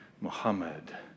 Muhammad